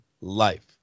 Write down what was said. life